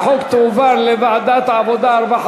תודה, חברת הכנסת אלהרר.